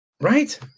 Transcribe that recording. Right